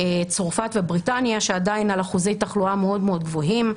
צרפת ובריטניה שעדיין על אחוזי תחלואה מאוד גבוהים,